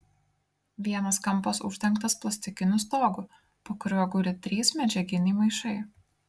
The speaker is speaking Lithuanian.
vienas kampas uždengtas plastikiniu stogu po kuriuo guli trys medžiaginiai maišai